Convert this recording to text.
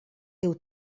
teu